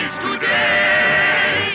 today